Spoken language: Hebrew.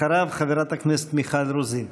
אחריו, חברת הכנסת מיכל רוזין.